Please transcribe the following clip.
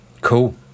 Cool